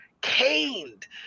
Caned